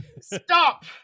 stop